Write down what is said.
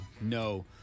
No